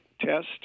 test